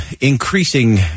increasing